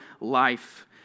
life